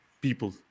people